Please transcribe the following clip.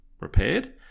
repaired